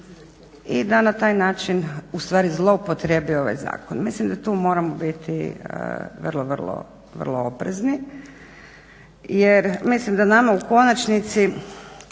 i da na taj način u stvari zloupotrijebi ovaj zakon. Mislim da tu moramo biti vrlo, vrlo oprezni jer mislim da nama u konačnici